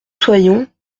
soyons